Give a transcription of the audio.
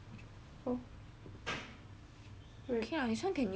okay lah this [one] can use the you know the men's